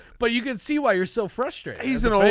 but you can see why you're so frustrated isn't it.